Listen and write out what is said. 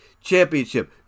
Championship